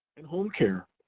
and home care,